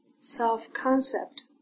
self-concept